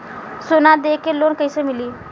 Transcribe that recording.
सोना दे के लोन कैसे मिली?